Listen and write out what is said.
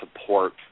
support